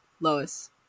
Lois